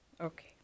Okay